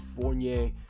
Fournier